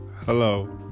Hello